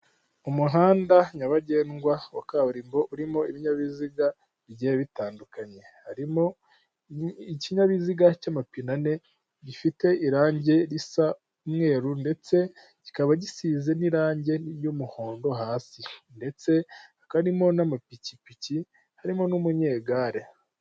Umuhanda nyabagendwa wa kaburimbo urimo ibinyabiziga bigiye bitandukanye, harimo ikinyabiziga cy'amapinane gifite irangi risa umweru ndetse kikaba gisize n'irangi ry'umuhondo hasi, ndetse hakaba harimo n'amapikipiki harimo n'umunyegare.